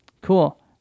Cool